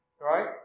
Right